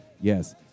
yes